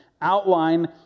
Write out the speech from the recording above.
outline